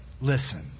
Listen